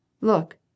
look